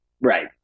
Right